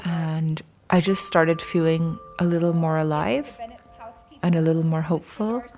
and i just started feeling a little more alive and and a little more hopeful.